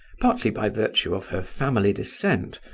partly by virtue of her family descent,